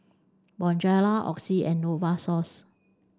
Bonjela Oxy and Novosource